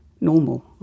normal